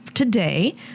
today